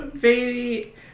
baby